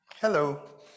Hello